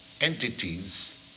entities